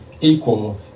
equal